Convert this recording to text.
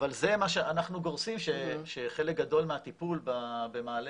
אנחנו גורסים שחלק גדול מהטיפול במעלה